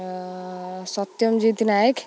Satyam Jit Nayak